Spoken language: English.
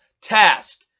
task